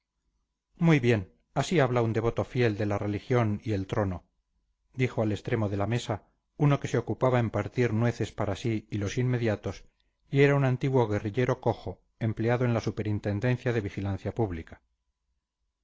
muy bien así habla un devoto fiel de la religión y el trono dijo al extremo de la mesa uno que se ocupaba en partir nueces para sí y los inmediatos y era un antiguo guerrillero cojo empleado en la superintendencia de vigilancia pública